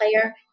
player